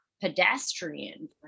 pedestrian